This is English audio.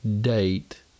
date